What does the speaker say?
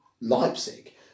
Leipzig